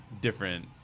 different